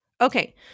Okay